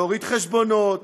להוריד חשבונות,